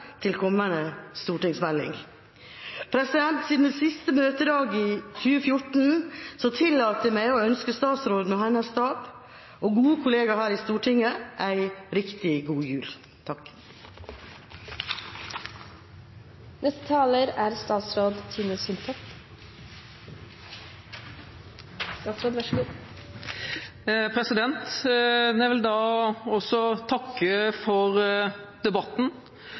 kommende stortingsmelding. Siden det er siste møtedag i 2014, tillater jeg meg å ønske statsråden og hennes stab og gode kollegaer her i Stortinget en riktig god jul. Jeg vil også takke for debatten.